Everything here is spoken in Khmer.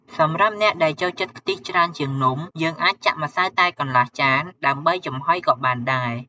សម្រាប់អ្នកដែលចូលចិត្តខ្ទិះច្រើនជាងនំ យើងអាចចាក់ម្សៅតែកន្លះចាន ដើម្បីចំហុយក៏បានដែរ។